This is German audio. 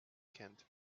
kennt